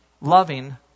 loving